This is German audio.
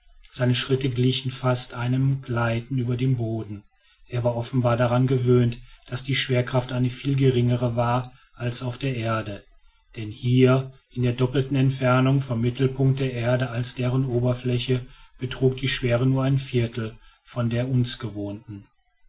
seine schritte glichen fast einem gleiten über den boden er war offenbar daran gewöhnt daß die schwerkraft eine viel geringere war als auf der erde denn hier in der doppelten entfernung vom mittelpunkt der erde als deren oberfläche betrug die schwere nur ein viertel von der uns gewohnten